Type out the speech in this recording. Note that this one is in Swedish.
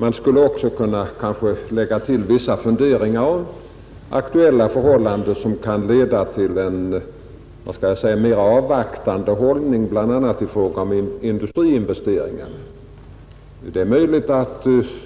Jag skulle kanske kunna lägga till vissa funderingar om aktuella förhållanden som kan leda till en mera avvaktande hållning, bl.a. i fråga om industriinvesteringar. Det är möjligt att